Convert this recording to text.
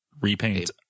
Repaint